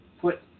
put